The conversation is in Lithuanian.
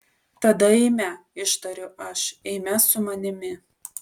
tada eime ištariu aš eime su manimi